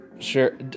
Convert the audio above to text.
Sure